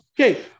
Okay